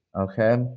Okay